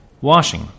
washing